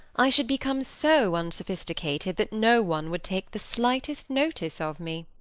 i should become so unsophisticated that no one would take the slightest notice of me.